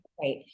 right